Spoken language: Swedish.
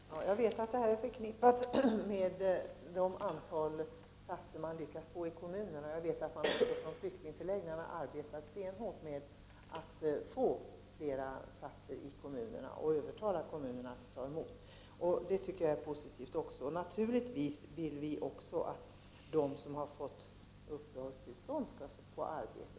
Herr talman! Jag vet att detta är förknippat med det antal platser som man lyckas få i kommunerna och att man ute på flyktingförläggningarna arbetar stenhårt med att övertala kommunerna att inrätta flera platser. Det tycker jag också är positivt. Naturligtvis vill också vi att de som har fått uppehållstillstånd skall få arbete.